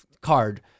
card